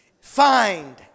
Find